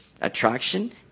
attraction